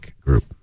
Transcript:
Group